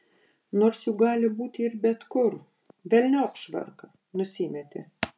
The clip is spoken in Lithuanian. nors juk gali būti ir bet kur velniop švarką nusimetė